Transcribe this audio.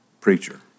preacher